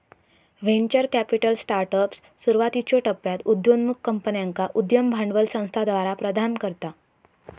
venture capital startups, सुरुवातीच्यो टप्प्यात उदयोन्मुख कंपन्यांका उद्यम भांडवल संस्थाद्वारा प्रदान करता